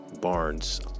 Barnes